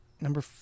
number